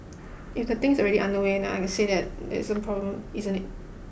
if the things already underway then I say that there is a problem isn't it